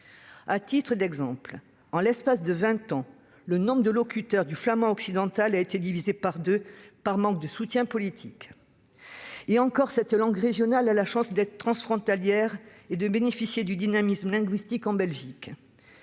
À titre d'exemple, en l'espace de vingt ans, le nombre de locuteurs du flamand occidental a été divisé par deux, en raison du manque de soutien politique. Et encore, cette langue régionale a la chance d'être transfrontalière et de bénéficier du dynamisme linguistique en Belgique.